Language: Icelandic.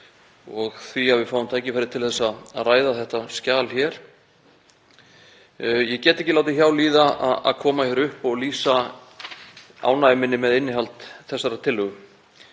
og það að við fáum tækifæri til að ræða þetta skjal hér. Ég get ekki látið hjá líða að koma hingað upp og lýsa ánægju minni með innihald þessarar tillögu.